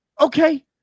okay